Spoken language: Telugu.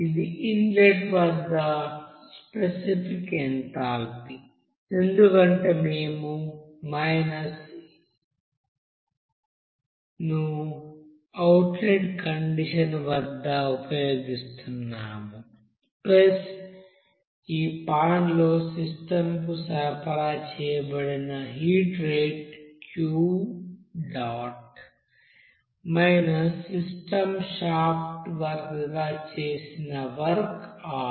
ఇది ఇన్లెట్ వద్ద స్పెసిఫిక్ ఎంథాల్పీ ఎందుకంటే మేము ను అవుట్లెట్ కండిషన్ వద్ద ఉపయోగిస్తున్నాముఈ పాన్లో సిస్టం కు సరఫరా చేయబడిన heat rate system shaft work గా చేసిన వర్క్ R